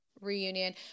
reunion